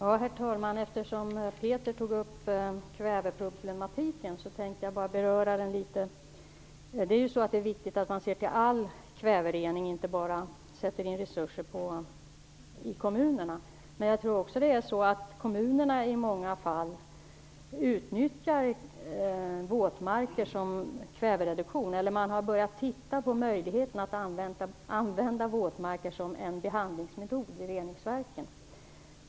Herr talman! Eftersom Peter Weibull Bernström tog upp kväveproblematiken tänkte jag beröra den litet grand. Det är ju viktigt att man ser till all kväverening och inte bara sätter in resurser i kommunerna. Men jag tror också att kommunerna i många fall utnyttjar våtmarker för kvävereduktion eller att de har börjat se på möjligheten att använda våtmarker som en behandlingsmetod i reningsverken.